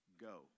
go